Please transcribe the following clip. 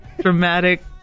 dramatic